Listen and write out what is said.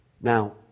Now